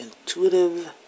intuitive